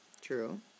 True